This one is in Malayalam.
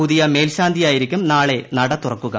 പുതിയ മേൽശാന്തിയായിരിക്കും നാളെ നട തുറക്കുക